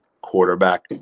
quarterback